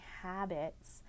habits